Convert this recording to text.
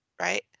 Right